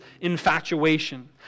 infatuation